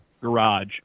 garage